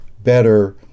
Better